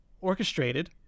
orchestrated